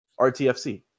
RTFC